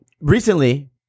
recently